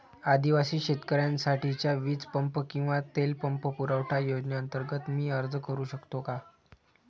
आदिवासी शेतकऱ्यांसाठीच्या वीज पंप किंवा तेल पंप पुरवठा योजनेअंतर्गत मी अर्ज करू शकतो का?